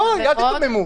בבקשה אל תיתממו.